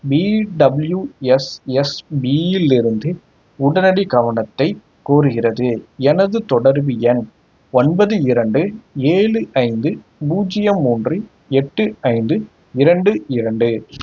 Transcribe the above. பிடபிள்யூஎஸ்எஸ்பியிலிருந்து உடனடி கவனத்தைக் கோருகிறது எனது தொடர்பு எண் ஒன்பது இரண்டு ஏழு ஐந்து பூஜ்ஜியம் மூன்று எட்டு ஐந்து இரண்டு இரண்டு